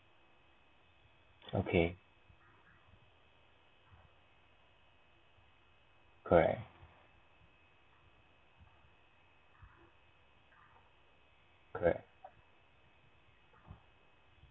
okay correct correct